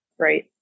Right